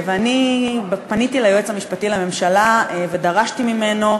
ואני פניתי ליועץ המשפטי לממשלה ודרשתי ממנו,